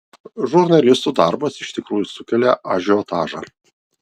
žurnalistų darbas iš tikrųjų sukelia ažiotažą